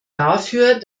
dafür